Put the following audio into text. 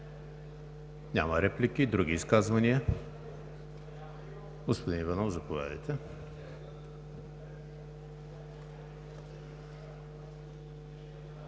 Не виждам. Други изказвания? Господин Иванов, заповядайте.